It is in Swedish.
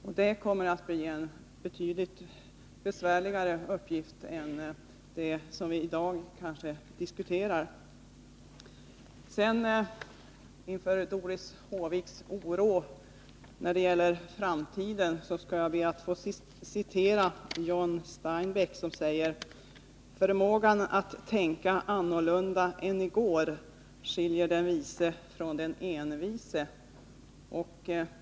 Det kommer kanske att bli en betydligt besvärligare uppgift än det som vi i dag diskuterar. När det gäller Doris Håviks oro inför framtiden skall jag be att få citera John Steinbeck, som säger: Förmågan att tänka annorlunda än i går skiljer den vise från den envise.